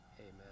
Amen